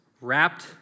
wrapped